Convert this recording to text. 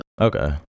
okay